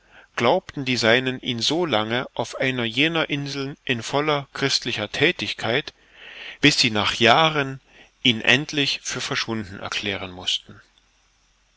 glaubten die seinen ihn so lange auf einer jener inseln in voller christlicher thätigkeit bis sie nach jahren ihn endlich für verschwunden erklären mußten